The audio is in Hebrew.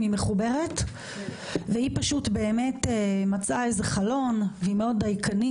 פרופ' אורנה ברי, היום בכירה מאוד בגוגל